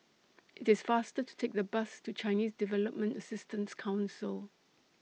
IT IS faster to Take The Bus to Chinese Development Assistance Council